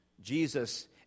Jesus